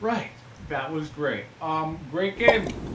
right that was great, um great game